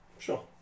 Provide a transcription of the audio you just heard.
Sure